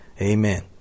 Amen